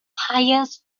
hires